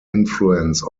influence